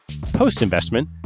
Post-investment